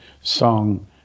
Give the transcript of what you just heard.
song